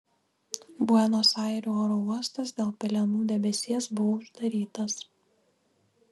buenos airių oro uostas dėl pelenų debesies buvo uždarytas